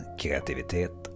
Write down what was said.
kreativitet